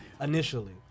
initially